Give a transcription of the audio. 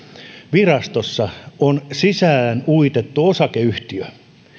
virastossa on sisään uitettu osakeyhtiö